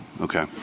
Okay